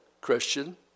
Christian